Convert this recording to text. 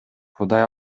кудай